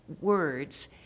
words